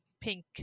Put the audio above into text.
pink